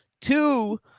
two